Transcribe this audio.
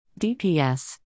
DPS